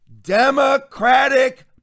Democratic